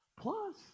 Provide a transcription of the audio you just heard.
Plus